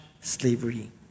slavery